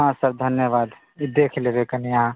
हँ सर धन्यवाद देख लेबै कनि अहाँ